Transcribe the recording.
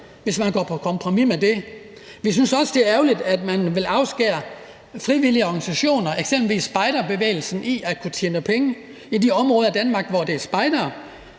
hvis man går på kompromis med det. Vi synes også, det er ærgerligt, at man vil afskære frivillige organisationer, eksempelvis spejderbevægelsen, fra at kunne tjene penge i de områder af Danmark, hvor det er spejderne,